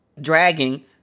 dragging